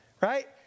Right